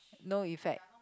no effect